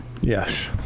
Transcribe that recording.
Yes